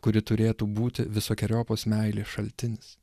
kuri turėtų būti visokeriopos meilės šaltinis